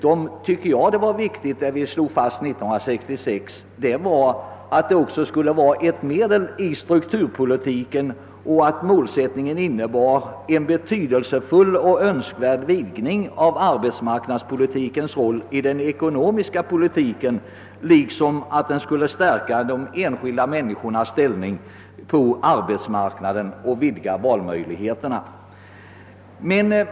En enligt min mening viktig sak som fastslogs 1966 var att arbetsmarknadspolitiken skulle vara ett medel i strukturomvandlingen, och målsättningen innebar en betydelsefull och önskvärd vidgning av arbetsmarknadspolitikens roll i den ekonomiska politiken; arbetsmarknadspolitiken skulle stärka de enskilda människornas ställning på arbetsmarknaden och vidga deras valmöjligheter.